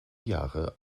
jahre